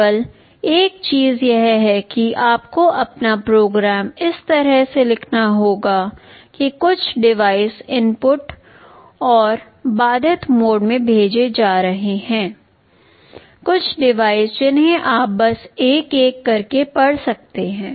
केवल एक चीज यह है कि आपको अपना प्रोग्राम इस तरह से लिखना होगा कि कुछ डिवाइस इनपुट और बाधित मोड को भेज रहे होंगे कुछ डिवाइस जिन्हें आप बस एक एक करके पढ़ सकते हैं